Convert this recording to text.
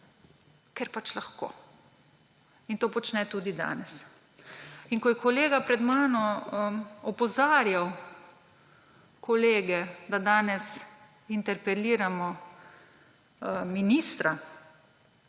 ker pač lahko. In to počne tudi danes. Ko je kolega pred mano opozarjal kolege, da danes interpeliramo ministra,